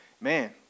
man